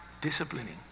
disciplining